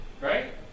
Right